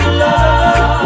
love